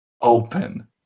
open